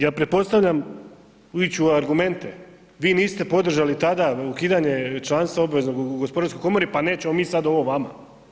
Ja pretpostavljam ići u argumente, vi niste podržali tada ukidanje članstva obveznog u Gospodarskoj komori pa nećemo mi sad ovo vama.